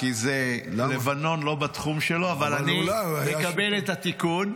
כי לבנון לא בתחום שלו, אבל אני מקבל את התיקון.